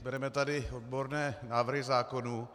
Bereme tady odborné návrhy zákonů.